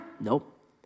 Nope